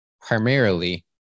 primarily